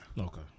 Okay